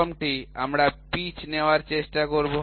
প্রথমটি আমরা পিচ নেওয়ার চেষ্টা করব